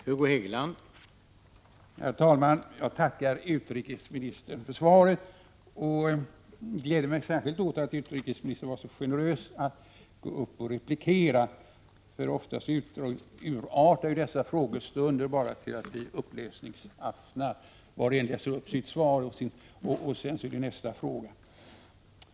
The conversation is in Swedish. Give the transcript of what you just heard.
Herr talman! Jag tackar utrikesministern för detta svar. Jag gläder mig särskilt åt att utrikesministern var generös nog att replikera. Ofta urartar dessa frågestunder bara till att bli uppläsningsaftnar. Statsrådet läser upp sitt svar och sedan går man till nästa fråga.